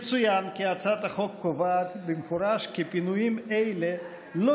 יצוין כי הצעת החוק קובעת במפורש כי פינויים אלה לא